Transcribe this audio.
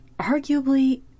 arguably